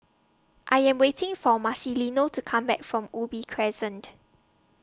I Am waiting For Marcelino to Come Back from Ubi Crescent